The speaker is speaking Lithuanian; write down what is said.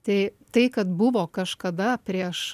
tai tai kad buvo kažkada prieš